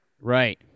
Right